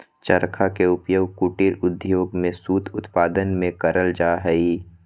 चरखा के उपयोग कुटीर उद्योग में सूत उत्पादन में करल जा हई